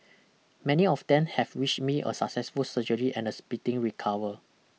many of them have wished me a successful surgery and a speeding recover